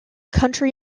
county